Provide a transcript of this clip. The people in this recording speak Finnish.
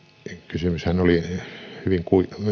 kysymyshän oli hyvin